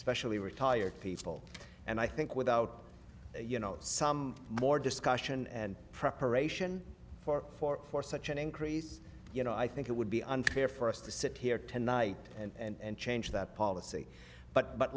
especially retired people and i think without you know some more discussion and preparation for four for such an increase you know i think it would be unfair for us to sit here tonight and change that policy but but